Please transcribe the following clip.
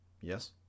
Yes